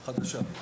חדשה.